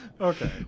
Okay